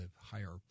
higher